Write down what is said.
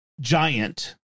giant